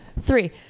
three